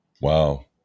Wow